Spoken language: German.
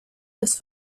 des